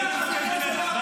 --- זועקים מהאדמה --- כן,